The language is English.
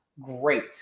great